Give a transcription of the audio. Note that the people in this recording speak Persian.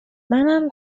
منم